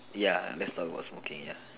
ya let's talk about smoking ya